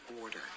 order